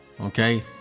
okay